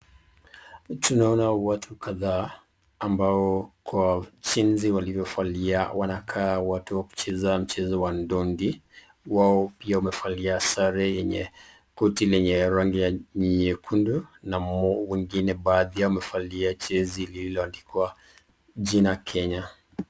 Tunaona watu kadhaa ambao Kwa jinzi waliokalia awanakaa watu wakicheza mchezo wa ndondi wao pia wamevalia sare yenye koti lenye rangi ya nyekundu wengine badhi amevalia seji lilioandikwa jina kenya.